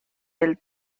pel